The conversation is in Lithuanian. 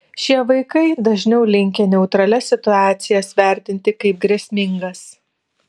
šie vaikai dažniau linkę neutralias situacijas vertinti kaip grėsmingas